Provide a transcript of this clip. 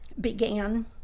began